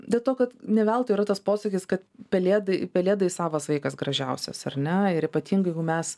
dėl to kad ne veltui yra tas posakis kad pelėdai pelėdai savas vaikas gražiausias ar ne ir ypatingai jeigu mes